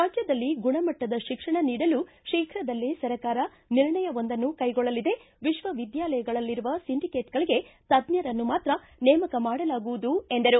ರಾಜ್ಯದಲ್ಲಿ ಗುಣಮಟ್ಟದ ಶಿಕ್ಷಣ ನೀಡಲು ಶೀಘದಲ್ಲೇ ಸರ್ಕಾರ ನಿರ್ಣಯವೊಂದನ್ನು ಕೈಗೊಳ್ಳಲಿದೆ ವಿಶ್ವವಿದ್ಯಾಲಯಗಳಲ್ಲಿರುವ ಸಿಂಡಿಕೇಟ್ಗಳಗೆ ತಜ್ಜರನ್ನು ಮಾತ್ರ ನೇಮಕ ಮಾಡಲಾಗುವುದು ಎಂದರು